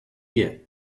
year